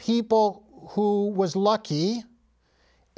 people who was lucky